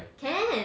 can